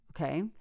Okay